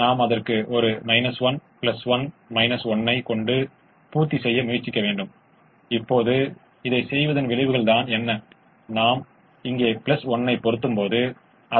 11 என்பது ஒரு மூலையில் இல்லை அது அடிப்படை சாத்தியமானது அல்ல ஆனால் அது சாத்தியமானது ஏனென்றால் இது எல்லா தடைகளையும் பூர்த்தி செய்கிறது